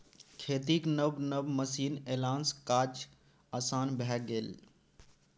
खेतीक नब नब मशीन एलासँ काज आसान भए गेल